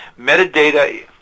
Metadata